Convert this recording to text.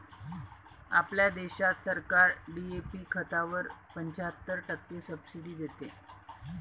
आपल्या देशात सरकार डी.ए.पी खतावर पंच्याहत्तर टक्के सब्सिडी देते